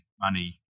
money